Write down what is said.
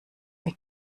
mir